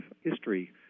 history